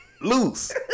loose